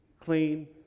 clean